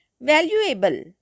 valuable